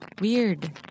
Weird